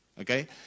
Okay